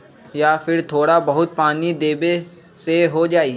या फिर थोड़ा बहुत पानी देबे से हो जाइ?